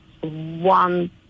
one